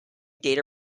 data